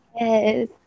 Yes